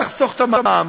תחסוך את המע"מ.